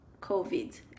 covid